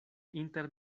inter